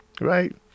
right